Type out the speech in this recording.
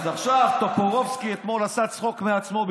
אז עכשיו טופורובסקי אתמול עשה צחוק מעצמו,